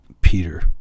Peter